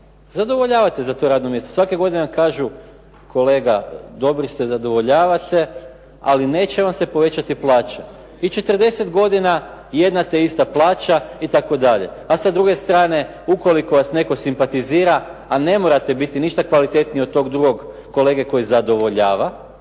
zadovoljavate za to radno mjesto. Svake godine vam kažu, kolega dobri se, zadovoljavate ali neće vam se povećati plaća i 40 godina jedna te ista plaća itd.. A sa druge strane ukoliko vas netko simpatizira a ne morate biti ništa kvalitetniji od tog drugog kolege koji zadovoljava,